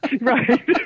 Right